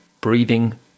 breathing